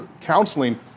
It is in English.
Counseling